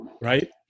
Right